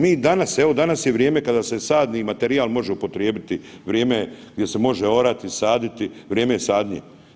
Mi danas, evo danas je vrijeme kada se sadni materijal može upotrijebiti, vrijeme gdje se može orati, saditi, vrijeme je sadnje.